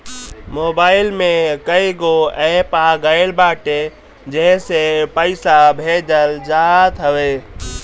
mobile में कईगो app आ गईल बाटे जेसे पईसा भेजल जात हवे